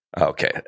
Okay